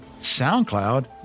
SoundCloud